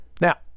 Now